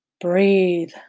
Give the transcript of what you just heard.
Breathe